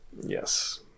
Yes